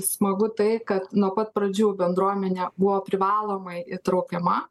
smagu tai kad nuo pat pradžių bendruomenė buvo privalomai įtraukiama